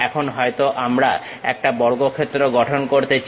এখন হয়তো আমরা একটা বর্গক্ষেত্র গঠন করতে চাই